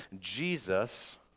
Jesus